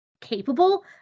capable